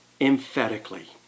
emphatically